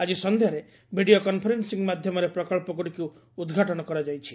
ଆଜି ସନ୍ଧ୍ୟାରେ video conferencing ମାଧ୍ୟମରେ ପ୍ରକଚ୍ଚଗୁଡ଼ିକୁ ଉଦ୍ଘାଟନ କରାଯାଇଛି